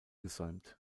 gesäumt